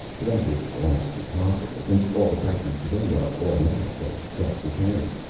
that would be almost impossible, since all the factories today are automatic and self-repairing.